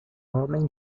homem